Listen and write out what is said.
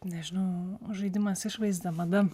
nežinau žaidimas išvaizda mada